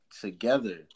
together